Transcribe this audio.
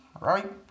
right